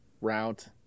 route